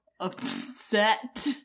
upset